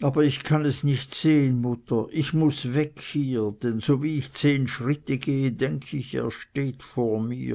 aber ich kann es nicht sehn mutter ich muß weg hier denn sowie ich zehn schritte gehe denk ich er steht vor mir